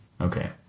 Okay